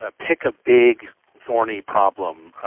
ah pick a big thorny problem,